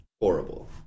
horrible